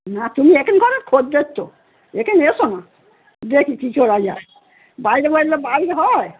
না তুমি এখানকার ও খরিদ্দার তো এখানে এসো না দেখি কী করা যায় বাইরে বাইরে লোক বাইলে হয়